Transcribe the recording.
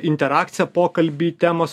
interakciją pokalbį temos